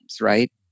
right